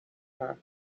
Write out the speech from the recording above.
her